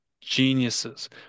geniuses